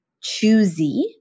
choosy